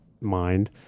mind